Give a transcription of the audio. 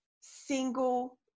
single